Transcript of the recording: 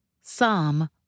Psalm